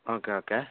okay okay